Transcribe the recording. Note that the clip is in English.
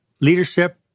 leadership